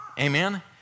Amen